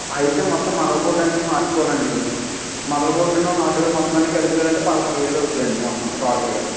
అయితే మొత్తం మదర్బోర్డు అన్ని మార్చుకోవాలి అండీ మదర్బోర్డును హార్డ్వేర్ మొత్తం అన్నీ కలిపారు అంటే పదమూడు వేలు అవుతుందండి మొత్తం టోటల్గా